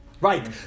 right